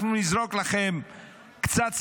אנחנו נזרוק לכם קצת סבסוד,